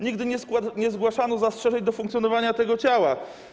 Nigdy nie zgłaszano zastrzeżeń do funkcjonowania tego ciała.